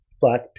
black